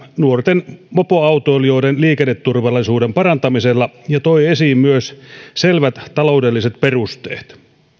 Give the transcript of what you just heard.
nuorten mopoautoilijoiden liikenneturvallisuuden parantamisella ja toi esiin myös selvät taloudelliset perusteet